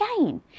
again